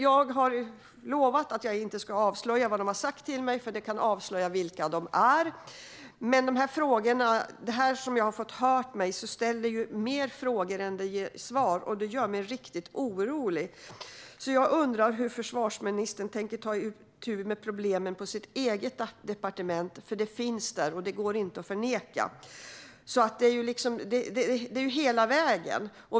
Jag har lovat dem att inte avslöja vad de har sagt till mig, eftersom det skulle kunna röja vilka de är. Det som jag har fått höra reser fler frågor än det ger svar, och det här gör mig riktigt orolig. Jag undrar hur försvarsministern tänker ta itu med problemen på det egna departementet, för problemen finns där och går inte att förneka. Det här gäller hela vägen.